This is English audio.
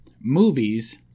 movies